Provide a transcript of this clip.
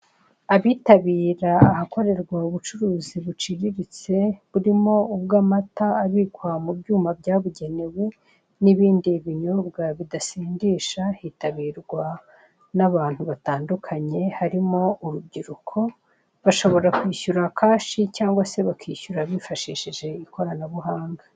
Abitabira ahakorerwa ubucuruzi buciriritse, burimo ubw'amata abikwa mu byuma byabugenewe, n'ibindi binyobwa bidasindisha, hitabirwa n'abantu batandukanye harimo urubyiruko, bashobora kwishyura kashi cyangwa se bakishyura bifashishije ikoranabuhanga.